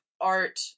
art